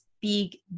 big